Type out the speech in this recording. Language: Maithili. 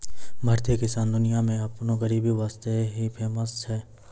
भारतीय किसान दुनिया मॅ आपनो गरीबी वास्तॅ ही फेमस छै